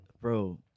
bro